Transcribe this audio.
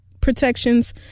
protections